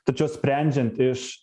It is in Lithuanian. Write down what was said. tačiau sprendžiant iš